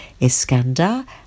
Iskandar